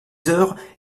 heures